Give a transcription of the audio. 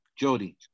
Jody